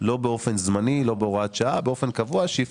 יהיה באופן קבוע ולא באופן זמני ולא בהוראת שעה.